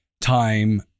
time